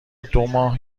دوماه